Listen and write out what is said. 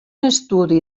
estudi